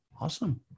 Awesome